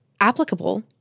applicable